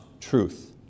truth